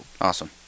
Awesome